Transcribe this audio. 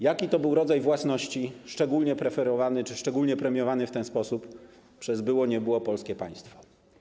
Jaki rodzaj własności był szczególnie preferowany czy szczególnie premiowany w ten sposób przez, było nie było, polskie państwo?